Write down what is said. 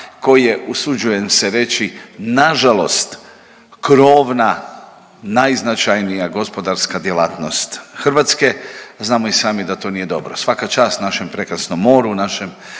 koji je usuđujem se reći, nažalost krovna najznačajnija gospodarska djelatnost Hrvatske. Znamo i sami da to nije dobro. Svaka čast našem prekrasnom moru, našem